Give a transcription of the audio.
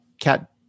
cat